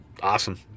awesome